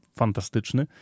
fantastyczny